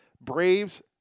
Braves